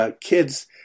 kids